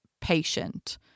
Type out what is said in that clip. patient